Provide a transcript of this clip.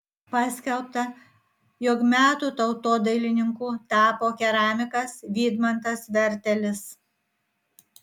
paskelbta jog metų tautodailininku tapo keramikas vydmantas vertelis